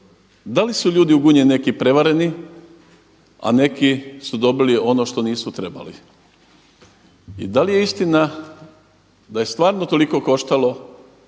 da li su u ljudi u Gunji neki prevareni, a neki su dobili ono što nisu trebali? I da li je istina da je stvarno toliko koštalo